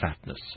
fatness